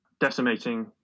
decimating